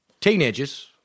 teenagers